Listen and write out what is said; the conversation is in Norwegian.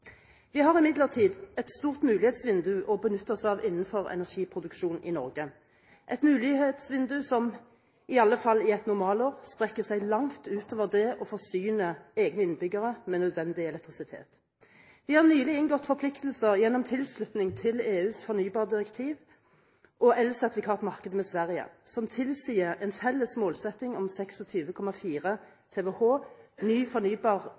Vi har imidlertid et stort mulighetsvindu å benytte oss av innenfor energiproduksjon i Norge, et mulighetsvindu som – i alle fall i et normalår – strekker seg langt utover det å forsyne egne innbyggere med nødvendig elektrisitet. Vi har nylig inngått forpliktelser gjennom tilslutning til EUs fornybardirektiv og elsertifikatmarkedet med Sverige som tilsier en felles målsetting om 26,4 TWh ny fornybar